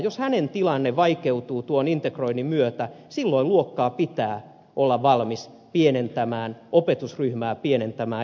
jos hänen tilanteensa vaikeutuu tuon integroinnin myötä silloin luokkaa pitää olla valmis pienentämään opetusryhmää pienentämään